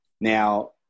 Now